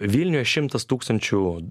vilniuje šimtas tūkstančių